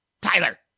Tyler